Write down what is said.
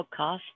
podcast